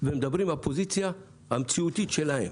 ומדברים מהפוזיציה המציאותית שלהם.